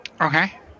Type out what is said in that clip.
Okay